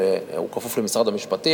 הוא כפוף למשרד המשפטים,